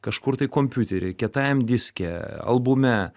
kažkur tai kompiutery kietajam diske albume